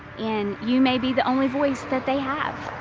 and you may be the only voice that they have.